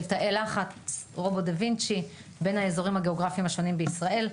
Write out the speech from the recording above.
של תאי לחץ ורובוט דה וינצ'י בין האזורים הגיאוגרפיים השונים בישראל.